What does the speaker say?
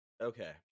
okay